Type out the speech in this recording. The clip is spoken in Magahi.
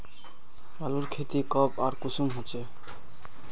आलूर खेती कब आर कुंसम होचे?